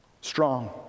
Strong